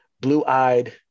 blue-eyed